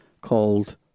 called